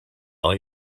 all